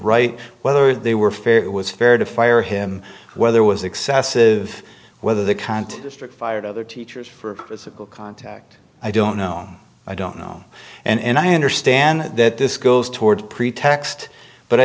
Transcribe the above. right whether they were fair it was fair to fire him whether was excessive whether the kind of strict fired other teachers for physical contact i don't know i don't know and i understand that this goes toward pretext but i